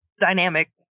dynamic